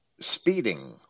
speeding